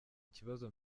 kibazo